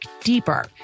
deeper